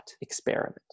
experiment